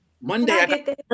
Monday